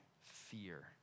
fear